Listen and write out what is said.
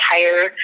entire